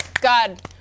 God